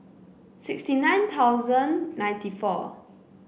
sixty nine thousand ninety four